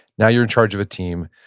now, you're in charge of a team.